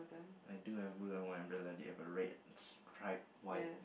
I do have blue and white umbrella they have a red stripe white